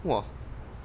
!wah!